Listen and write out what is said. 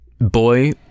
boy-